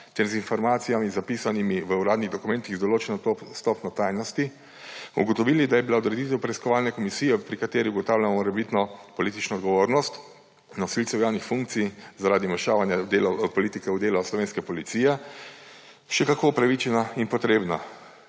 ter z informacijami, zapisanimi v uradnih dokumentih, določenih s stopnjo tajnosti, ugotovili, da je bila odreditev preiskovalne komisije, pri kateri ugotavljamo morebitno politično odgovornost nosilcev javnih funkcij zaradi vmešavanja politike v delo slovenske policije, še kako upravičena in potrebna.